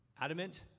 adamant